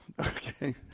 Okay